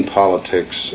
politics